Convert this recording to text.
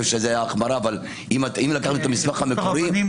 אבל אם אתה הולך למסמך המקורי,